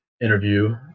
interview